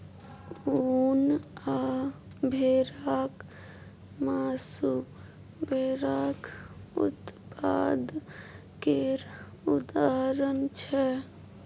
उन आ भेराक मासु भेराक उत्पाद केर उदाहरण छै